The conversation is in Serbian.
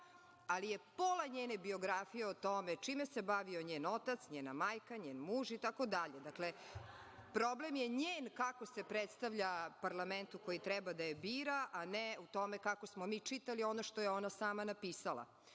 ali je pola njene biografije o tome čime se bavio njen otac, njena majka, njen muž itd. Problem je njen kako se predstavlja parlamentu koji treba da je bira, a ne u tome kako smo mi čitali ono što je ona sama napisala. Što